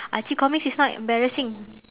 archie comics is not embarrassing